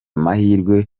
mahirwe